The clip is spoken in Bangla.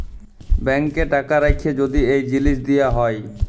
ব্যাংকে টাকা রাখ্যে যদি এই জিলিস দিয়া হ্যয়